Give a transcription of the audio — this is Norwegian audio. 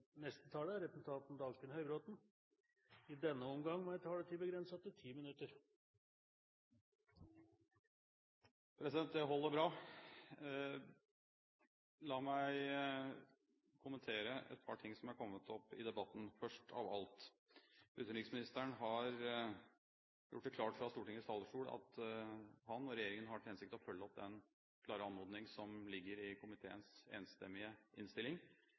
Neste taler er representanten Dagfinn Høybråten – i denne omgang med en taletid begrenset til 10 minutter. President, det holder bra! La meg kommentere et par ting som er kommet opp i debatten – først av alt: Utenriksministeren har gjort det klart fra Stortingets talerstol at han og regjeringen har til hensikt å følge opp den klare anmodning som ligger i komiteens enstemmige innstilling